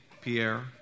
Pierre